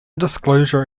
disclosure